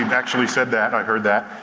and actually said that, i heard that.